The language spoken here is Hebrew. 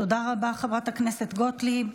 תודה רבה, חברת הכנסת גוטליב.